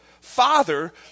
Father